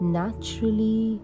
naturally